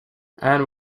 and